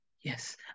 Yes